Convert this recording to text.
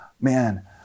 Man